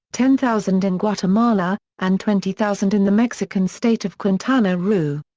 ten thousand in guatemala, and twenty thousand in the mexican state of quintana roo.